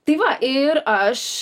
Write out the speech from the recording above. tai va ir aš